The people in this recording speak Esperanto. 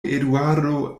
eduardo